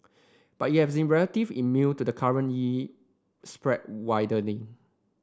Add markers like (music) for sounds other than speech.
but it have (unintelligible) relative immune to the current yield spread widening